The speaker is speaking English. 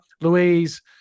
louise